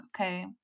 okay